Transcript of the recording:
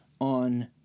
on